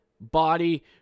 body